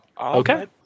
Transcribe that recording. Okay